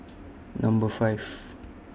Number five